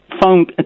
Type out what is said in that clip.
Phone